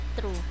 true